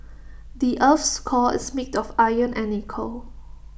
the Earth's core is made of iron and nickel